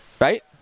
right